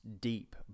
deep